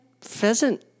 pheasant